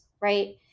right